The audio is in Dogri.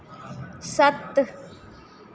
सत्त